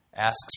asks